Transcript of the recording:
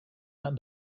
that